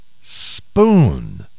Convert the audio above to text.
spoon